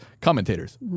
commentators